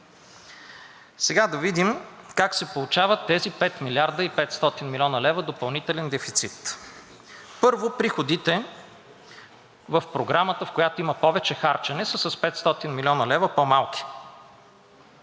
Сега да видим как се получават тези 5 млрд. и 500 млн. лв. допълнителен дефицит. Първо, приходите в програмата, в която има повече харчене, са с 500 млн. лв. по-малки.